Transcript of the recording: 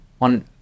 on